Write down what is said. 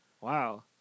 Wow